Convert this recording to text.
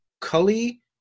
Cully